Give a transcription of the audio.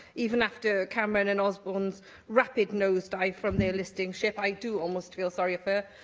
even after cameron and osborne's rapid nosedives from their listing ship, i do almost feel sorry for her,